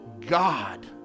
God